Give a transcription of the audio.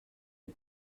les